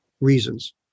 reasons